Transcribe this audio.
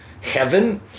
heaven